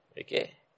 Okay